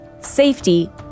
safety